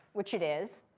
which it is,